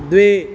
द्वे